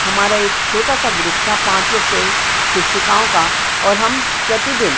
हमारा एक छोटा सा ग्रुप था पाँच या छः शिक्षिकाओं का और हम प्रतिदिन